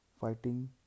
fighting